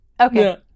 Okay